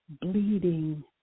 bleeding